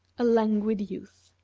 a languid youth.